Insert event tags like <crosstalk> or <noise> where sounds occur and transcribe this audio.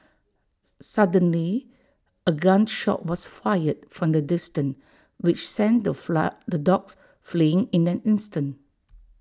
<noise> suddenly A gun shot was fired from A distance which sent the flag the dogs fleeing in an instant